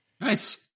Nice